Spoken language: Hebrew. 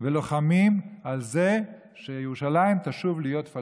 ולוחמים על זה שירושלים תשוב להיות פלסטין.